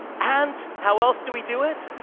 and how else do we do it?